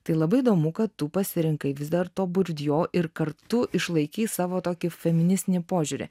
tai labai įdomu kad tu pasirinkai vis dar to burdjo ir kartu išlaikei savo tokį feministinį požiūrį